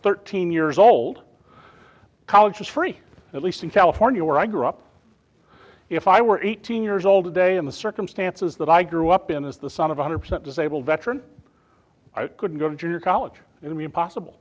thirteen years old college was free at least in california where i grew up if i were eighteen years old today in the circumstances that i grew up in as the son of a hundred percent disabled veteran i could go to junior college it would be impossible